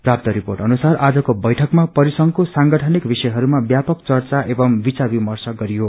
प्राप्त रिपोर्ट अनुसार आजको बैठकमा परिसंबको सांगठनिक विषयहरूमा व्यापक चर्चा एवं विचार विमर्श गरियो